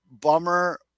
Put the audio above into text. bummer